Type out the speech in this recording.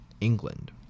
England